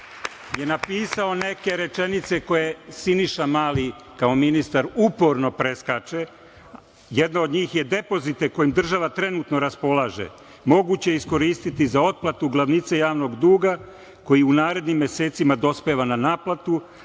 je napisao neke rečenice koje Siniša Mali kao ministar uporno preskače. Jedna od njih je - depozite kojima država trenutno raspolaže moguće je iskoristiti za otplatu glavnice javnog duga koji u narednim mesecima dospeva na naplatu,